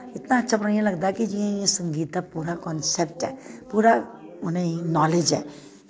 इ'यां इ'यां लगदा कि जि'यां संगीत दा पूरा पूरा कनेसैप्ट ऐ पूरा उ'नें गी नॉलेज ऐ